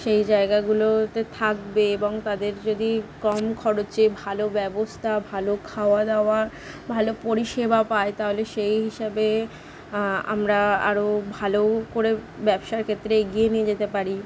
সেই জায়গাগুলোতে থাকবে এবং তাদের যদি কম খরচে ভালো ব্যবস্থা ভালো খাওয়া দাওয়ার ভালো পরিষেবা পায় তাহলে সেই হিসাবে আমরা আরো ভালো করে ব্যবসার ক্ষেত্রে এগিয়ে নিই যেতে পারি